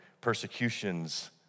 persecutions